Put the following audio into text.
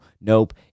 nope